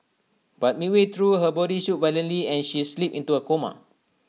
but midway through her body shook violently and she slipped into A coma